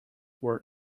were